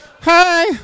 Hi